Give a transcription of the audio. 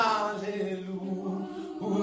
Hallelujah